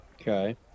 Okay